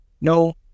No